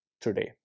today